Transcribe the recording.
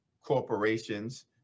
corporations